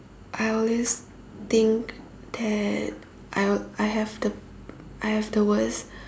I always think that I will I have the I have the worst